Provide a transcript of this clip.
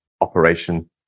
operation